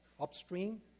upstream